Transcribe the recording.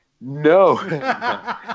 No